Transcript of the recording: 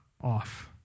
off